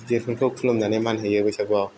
गिदिरफोरखौ खुलुमनानै मान होयो बैसागुआव